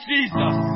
Jesus